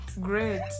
great